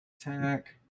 Attack